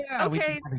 Okay